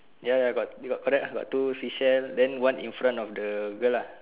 ya ya got you got correct ah got two fishes then one in front of the girl lah